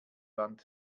wand